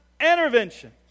intervention